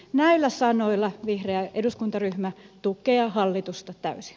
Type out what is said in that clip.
näillä sanoilla vihreä eduskuntaryhmä tukee hallitusta täysin